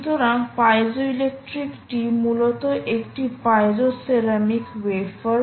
সুতরাং পাইজোইলেক্ট্রিকটি মূলত একটি পাইজোসেরামিক ওয়েফার